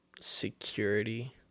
security